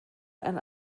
einen